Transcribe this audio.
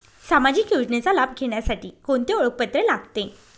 सामाजिक योजनेचा लाभ घेण्यासाठी कोणते ओळखपत्र लागते?